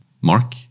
mark